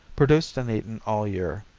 produced and eaten all year.